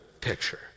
picture